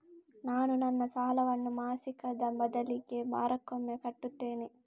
ನಾನು ನನ್ನ ಸಾಲವನ್ನು ಮಾಸಿಕದ ಬದಲಿಗೆ ವಾರಕ್ಕೊಮ್ಮೆ ಕಟ್ಟುತ್ತೇನೆ